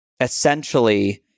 essentially